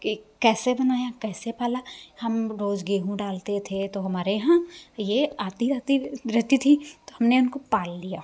कि कैसे बनाया कैसे पाला हम रोज़ गेहूँ डालते थे तो हमारे यहाँ ये आती जाती रहती थी तो हमने उनको पाल लिया